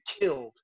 killed